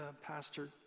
pastor